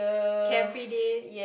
carefree days